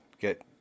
get